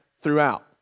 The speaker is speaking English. throughout